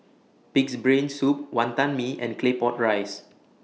Pig'S Brain Soup Wantan Mee and Claypot Rice